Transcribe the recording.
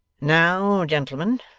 now, gentlemen,